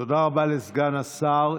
תודה רבה לסגן השר.